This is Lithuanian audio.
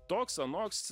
toks anoks